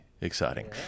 exciting